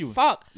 fuck